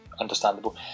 understandable